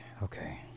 Okay